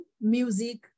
music